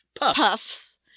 Puffs